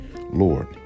Lord